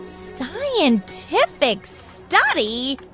scientific study?